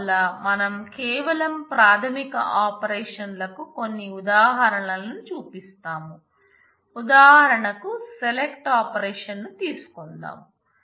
అందువల్ల మనం కేవలం ప్రాథమిక ఆపరేషన్ లకు కొన్ని ఉదాహరణలను చూపిస్తాం ఉదాహరణకు సెలక్ట్ ఆపరేషన్ను తీసుకుందాం